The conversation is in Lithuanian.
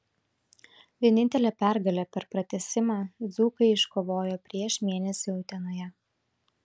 vienintelę pergalę per pratęsimą dzūkai iškovojo prieš mėnesį utenoje